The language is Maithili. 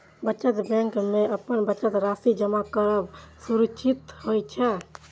बचत बैंक मे अपन बचत राशि जमा करब सुरक्षित होइ छै